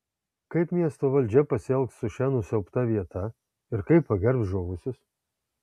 kaip miesto valdžia pasielgs su šia nusiaubta vieta ir kaip pagerbs žuvusius